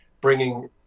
bringing